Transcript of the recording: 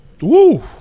Woo